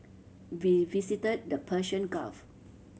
we visited the Persian Gulf